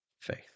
faith